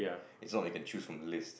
it's not like you can choose from the list